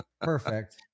Perfect